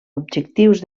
objectius